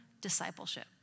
discipleship